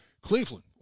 Cleveland